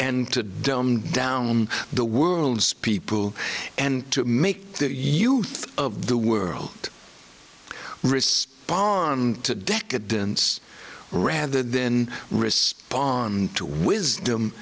and to dumb down the world's people and make their youth of the world respond to decadence rather than respond to wisdom